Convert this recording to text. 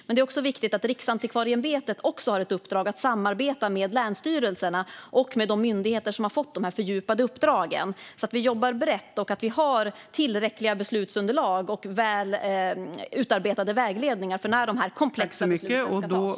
Men det är också viktigt att Riksantikvarieämbetet har ett uppdrag att samarbeta med länsstyrelserna och de myndigheter som har fått dessa fördjupade uppdrag, så att vi jobbar brett och har tillräckliga beslutsunderlag och väl utarbetade vägledningar när dessa komplexa beslut ska tas.